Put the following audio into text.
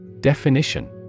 Definition